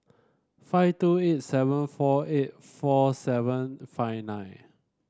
five two eight seven four eight four seven five nine